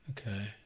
Okay